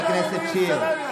מי ישלם את הבזבוזים ואת ההפקרות,